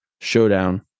showdown